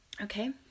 Okay